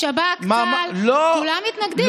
השב"כ, צה"ל, כולם מתנגדים.